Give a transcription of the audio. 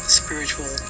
spiritual